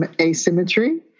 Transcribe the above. asymmetry